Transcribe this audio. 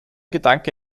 gedanke